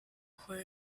juegue